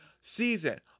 season